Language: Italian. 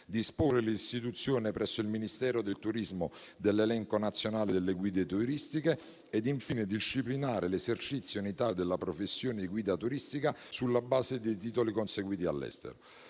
disporre l'istituzione presso il Ministero del turismo dell'elenco nazionale delle guide turistiche ed infine per disciplinare l'esercizio in Italia della professione di guida turistica sulla base dei titoli conseguiti all'estero.